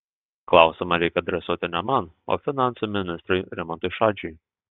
klausimą reikia adresuoti ne man o finansų ministrui rimantui šadžiui